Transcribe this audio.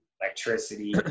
electricity